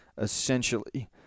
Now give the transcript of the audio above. essentially